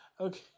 Okay